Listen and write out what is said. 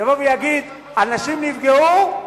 שיבוא ויגיד: אנשים נפגעו,